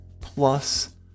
plus